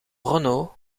renault